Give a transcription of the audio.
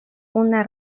una